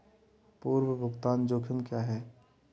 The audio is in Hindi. पूर्व भुगतान जोखिम क्या हैं?